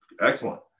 excellent